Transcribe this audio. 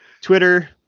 Twitter